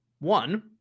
One